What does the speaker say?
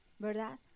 verdad